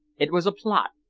it was a plot.